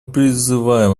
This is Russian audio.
призываем